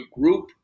group